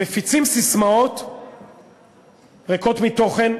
מפיצים ססמאות ריקות מתוכן,